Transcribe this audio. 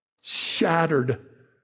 shattered